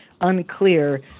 unclear